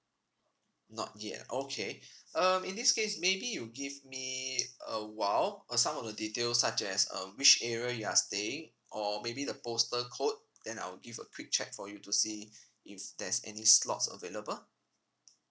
not yet okay um in this case maybe you give me a while uh some of the details such as um which area you are staying or maybe the postal code then I'll give a quick check for you to see if there's any slots available